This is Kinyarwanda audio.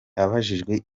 abajijwe